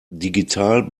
digital